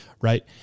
Right